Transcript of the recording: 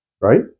right